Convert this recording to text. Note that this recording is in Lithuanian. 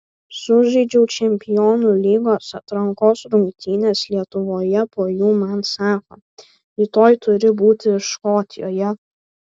sužaidžiau čempionų lygos atrankos rungtynes lietuvoje po jų man sako rytoj turi būti škotijoje